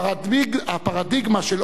הפרדיגמה של אוסלו,